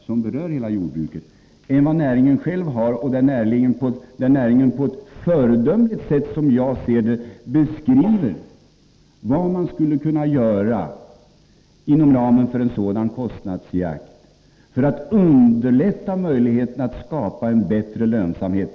Som jag ser det beskriver näringen på ett föredömligt sätt vad man skulle kunna göra inom ramen för en sådan kostnadsjakt för att öka möjligheterna att skapa en bättre lönsamhet.